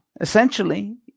essentially